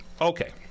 Okay